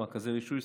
רכזי רישוי,